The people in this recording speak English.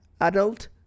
Adult